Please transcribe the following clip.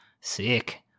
Sick